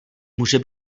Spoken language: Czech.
může